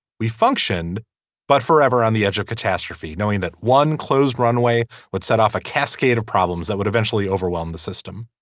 we functioned but forever on the edge of catastrophe knowing that one closed runway would set off a cascade of problems that would eventually overwhelm the system